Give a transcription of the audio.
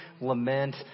lament